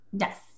Yes